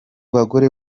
bagore